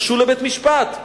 גשו לבית-משפט,